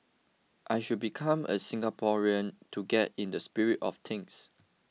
I should become a Singaporean to get in the spirit of things